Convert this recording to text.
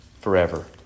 forever